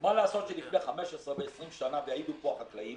מה לעשות שלפני 15 ו-20 שנה ויעידו פה חקלאים